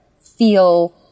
feel